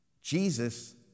Jesus